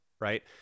right